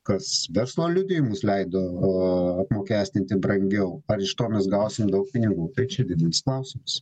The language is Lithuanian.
kas verslo liudijimus leido o apmokestinti brangiau ar iš to mes gausim daug pinigų tai čia didelis klausimas